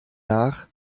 nach